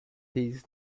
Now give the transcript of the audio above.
his